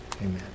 amen